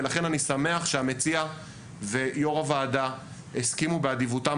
ולכן אני שמח שהמציע ויו"ר הוועדה הסכימו באדיבותם